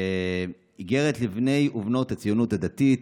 איגרת לבני ובנות הציונות הדתית: